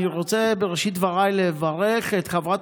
אני רוצה בראשית דבריי לברך את חברת